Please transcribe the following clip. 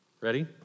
Ready